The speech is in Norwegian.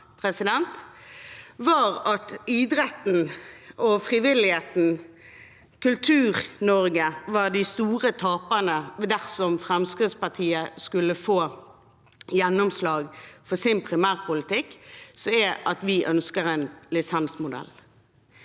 var at idretten, frivilligheten og KulturNorge var de store taperne dersom Fremskrittspartiet skulle få gjennomslag for sin primærpolitikk, som er at vi ønsker en lisensmodell.